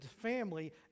family